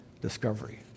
discovery